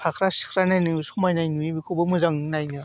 फाख्रा सिख्रा नायनो समायनाय नुयो बेखौबो मोजां नायनो